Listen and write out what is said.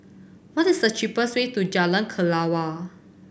what is the cheapest way to Jalan Kelawar